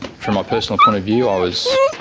from my personal point of view, i was